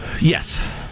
Yes